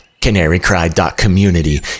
CanaryCry.community